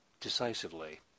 decisively